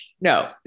no